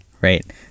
right